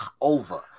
over